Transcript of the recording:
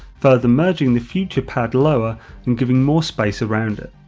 further merging the future pad lower and giving more space around it.